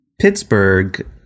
pittsburgh